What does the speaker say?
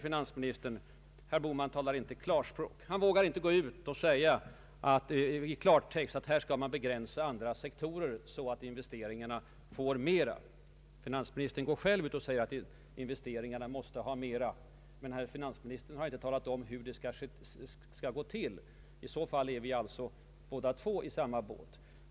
Finansministern säger att jag inte talar klarspråk. Jag vågar inte, menar finansministern, gå ut och säga ifrån att man skall begränsa andra sektorer så att investeringarna får mera. Finansministern har ju själv förklarat att näringslivets investeringar måste öka, men han har inte talat om hur det skall gå till. I så fall skulle vi alltså båda två vara i samma båt.